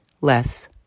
less